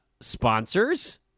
sponsors